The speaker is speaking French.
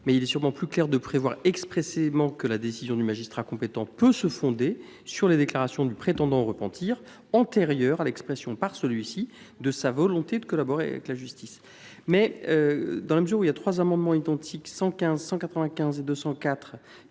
mais il est sûrement plus clair de prévoir expressément que la décision du magistrat compétent peut se fonder sur les déclarations du prétendant au repentir antérieures à l’expression par celui ci de sa volonté de collaborer avec la justice. Toutefois, les amendements identiques n 115, 195 rectifié